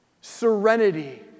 serenity